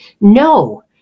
No